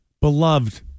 Beloved